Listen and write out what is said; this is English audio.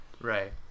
Right